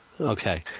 Okay